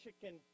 chicken